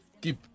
keep